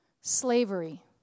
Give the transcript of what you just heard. slavery